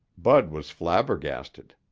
bud was flabbergasted.